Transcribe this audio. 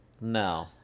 No